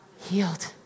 Healed